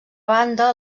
banda